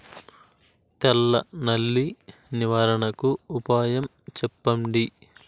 తెల్ల నల్లి నివారణకు ఉపాయం చెప్పండి?